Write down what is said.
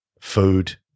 food